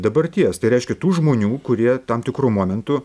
dabarties tai reiškia tų žmonių kurie tam tikru momentu